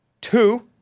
Two